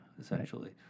essentially